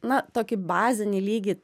na tokį bazinį lygį